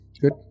Good